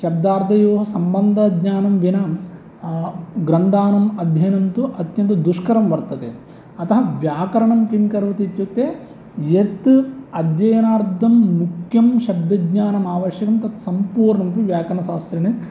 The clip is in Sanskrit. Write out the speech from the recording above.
शब्दार्थयोः सम्बन्धज्ञानं विना ग्रन्थानाम् अध्ययनं तु अत्यन्तदुष्करं वर्तते अतः व्याकरणं किं करोति इत्युक्ते यत् अध्ययनार्थं मुख्यं शब्दज्ञानम् आवश्यकं तत् सम्पूर्णम् अपि व्याकरणशास्त्रेण दीयते एव